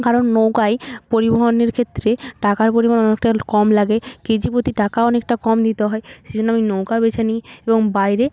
কারণ নৌকায় পরিবহণের ক্ষেত্রে টাকার পরিমাণ অনেকটা ল্ কম লাগে কেজি প্রতি টাকা অনেকটা কম দিতে হয় সেজন্য আমি নৌকা বেছে নিই এবং বাইরে